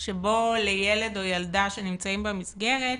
שבו לילד או ילדה שנמצאים במסגרת